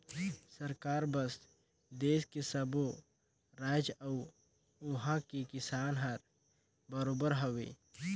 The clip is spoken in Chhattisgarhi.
सरकार बर देस के सब्बो रायाज अउ उहां के किसान हर बरोबर हवे